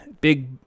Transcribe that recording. big